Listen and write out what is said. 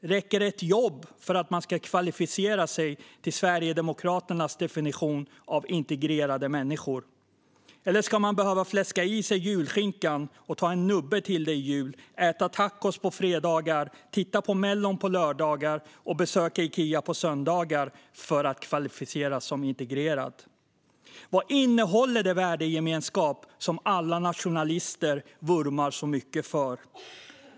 Räcker ett jobb för att man ska kvalificera sig till Sverigedemokraternas definition av integrerade människor? Eller ska man behöva fläska i sig julskinkan och ta en nubbe till den i jul, äta tacos på fredagar, titta på Mellon på lördagar och besöka Ikea på söndagar för att kvalificeras som integrerad? Vad innehåller den värdegemenskap som alla nationalister vurmar så mycket för?